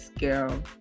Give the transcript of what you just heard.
girl